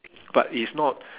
but it's not